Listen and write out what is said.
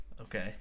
Okay